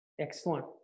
Excellent